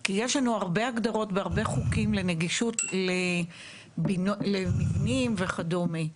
כי יש לנו הרבה הגדרות בהרבה חוקית לנגישות למבנים וכדומה,